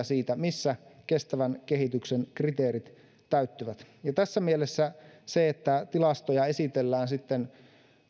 siitä missä kestävän kehityksen kriteerit täyttyvät tässä mielessä se että tilastoja esitellään